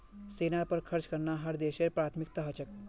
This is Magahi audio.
सेनार पर खर्च करना हर देशेर प्राथमिकता ह छेक